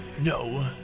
No